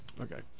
Okay